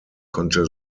konnte